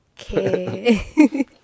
Okay